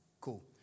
Cool